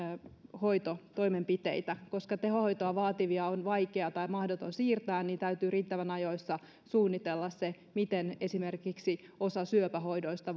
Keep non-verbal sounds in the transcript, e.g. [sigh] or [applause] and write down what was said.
hoitotoimenpiteitä koska tehohoitoa vaativia on vaikea tai mahdoton siirtää niin täytyy riittävän ajoissa suunnitella se miten esimerkiksi osa syöpähoidoista [unintelligible]